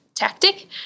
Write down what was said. tactic